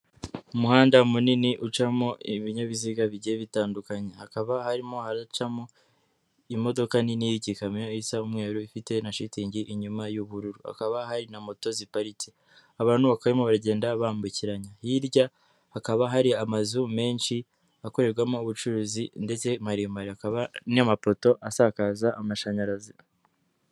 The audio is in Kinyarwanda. Umuhanda munini ucamo ibinyabiziga bigiye bitandukanye, hakaba harimo haracamo imodoka nini y'igikamyo isa umweru ifite na shitingi inyuma y'ubururu, hakaba hari na moto ziparitse, abantu bakaba karimo bagenda bambukiranya, hirya hakaba hari amazu menshi akorerwamo ubucuruzi ndetse maremare, hakaba n'amapoto asakaza amashanyarazi.